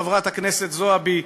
חברת הכנסת זועבי,